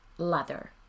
leather